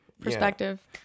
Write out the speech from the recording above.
perspective